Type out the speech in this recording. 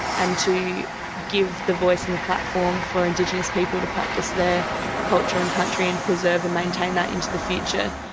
and to give the voice and the platform for indigenous people to practice their culture and country and preserve and maintain that into the future.